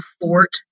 fort